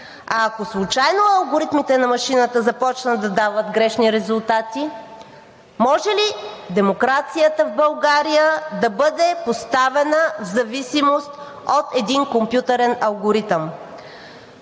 А ако случайно алгоритмите на машината започнат да дават грешни резултати? Може ли демокрацията в България да бъде поставена в зависимост от един компютърен алгоритъм?